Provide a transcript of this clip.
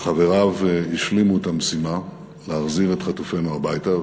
אבל חבריו השלימו את המשימה להחזיר את חטופינו הביתה,